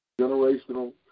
generational